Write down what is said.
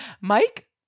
Mike